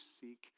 seek